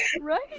right